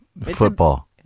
Football